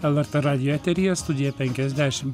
lrt radijo eteryje studija penkiasdešimt